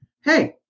hey